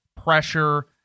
pressure